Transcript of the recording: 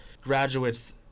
graduates